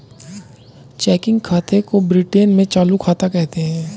checking खाते को Britain में चालू खाता कहते हैं